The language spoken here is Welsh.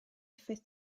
effaith